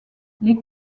les